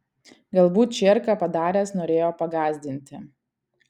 galbūt čierką padaręs norėjo pagąsdinti